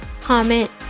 comment